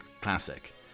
classic